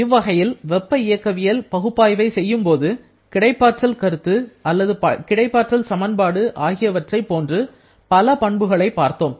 இவ்வகையில் வெப்ப இயக்கவியல் பகுப்பாய்வை செய்யும்போது கிடைப்பாற்றல் கருத்து அல்லது கிடைப்பாற்றல் சமன்பாடு ஆகியவற்றை போன்று பல பண்புகளை பார்த்தோம்